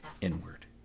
inward